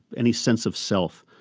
any sense of self,